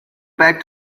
back